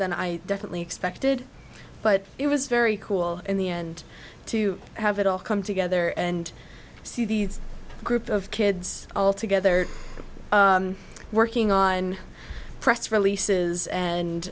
than i definitely expected but it was very cool in the end to have it all come together and see these group of kids all together working on press releases and